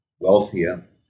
wealthier